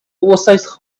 oversize